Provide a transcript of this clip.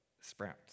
sprouts